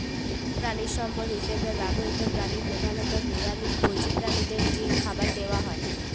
প্রাণিসম্পদ হিসেবে ব্যবহৃত প্রাণী প্রধানত নিরামিষ ভোজী প্রাণীদের কী খাবার দেয়া হয়?